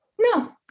No